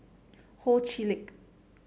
Ho Chee Lick